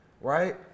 Right